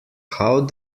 how